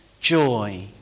joy